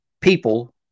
people